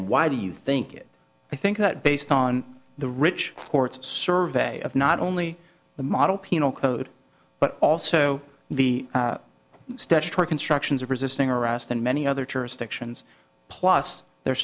why do you think it i think that based on the rich court's survey of not only the model penal code but also the statutory constructions of resisting arrest and many other jurisdictions plus their